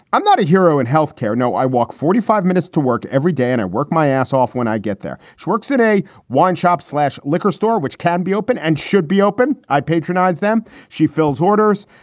i'm not a hero in health care. no. i walk forty five minutes to work every day and i work my ass off when i get there. she works at a wine shop slash liquor store, which can be open and should be open. i patronize them. she fills orders,